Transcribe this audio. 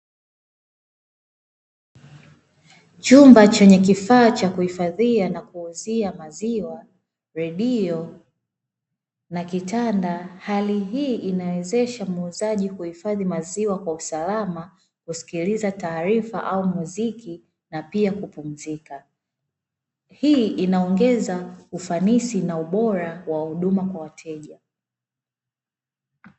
Chumba chenye kifaa cha kuhifadhia na kuuzia maziwa, radio na kitanda. Hali hii inawezesha muuzaji kuhifadhi maziwa kwa usalama, kusikiliza taarifa au muziki na pia kupumzika. Hii inaongeza ufanisi na ubora wa huduma kwa wateja.